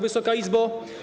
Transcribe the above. Wysoka Izbo!